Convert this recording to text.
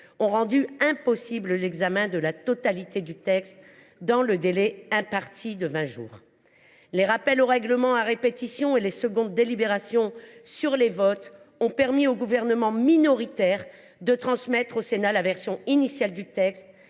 ont rendu impossible l’examen de la totalité du PLFSS dans le délai imparti de vingt jours. Les rappels au règlement à répétition et les secondes délibérations sur les votes ont permis au Gouvernement, minoritaire, de transmettre au Sénat la version initiale du texte,